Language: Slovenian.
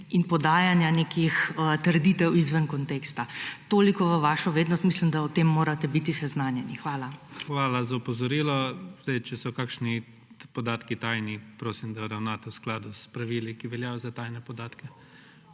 in podajanja nekih trditev izven konteksta. Toliko v vašo vedno. Mislim, da o tem morate biti seznanjeni. Hvala. PREDSEDNIK IGOR ZORČIČ: Hvala za opozorilo. Sedaj, če so kakšni podatki tajni prosim, da ravnate v skladu s pravili, ki veljajo za tajne podatke.